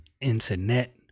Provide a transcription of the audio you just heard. internet